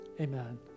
amen